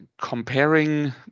Comparing